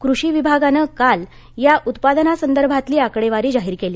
कृषी विभागानं काल या उत्पादनासंदर्भातली आकडेवारी जाहीर केली